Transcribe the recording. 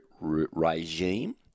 regime